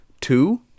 two